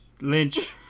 Lynch